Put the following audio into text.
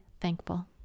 thankful